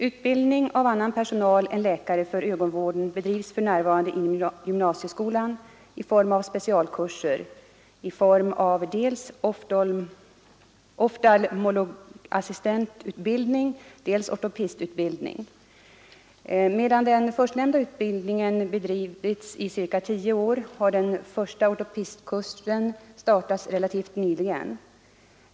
Utbildning av annan personal än läkare för ögonvården bedrivs för närvarande inom gymnasieskolan i form av specialkurser, i form av dels oftalmologassistentutbildning, dels ortoptistutbildning. Medan den förstnämnda utbildningen bedrivits i ca tio år har den första ortoptistkursen startats relativt nyligen.